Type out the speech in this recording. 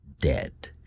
dead